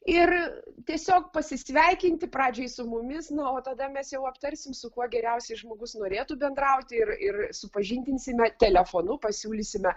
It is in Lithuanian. ir tiesiog pasisveikinti pradžiai su mumis na o tada mes jau aptarsim su kuo geriausiai žmogus norėtų bendrauti ir ir supažindinsime telefonu pasiūlysime